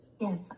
Yes